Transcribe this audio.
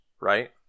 Right